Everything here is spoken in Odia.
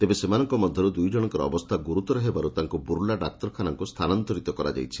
ତେବେ ସେମାନଙ୍କ ମଧ୍ଧରୁ ଦୁଇ ଜଣଙ୍କର ଅବସ୍ଥା ଗୁରୁତର ହେବାରୁ ତାଙ୍କୁ ବୁର୍ଲା ଡାକ୍ତରଖାନାକୁ ସ୍ରାନାନ୍ତରିତ କରାଯାଇଛି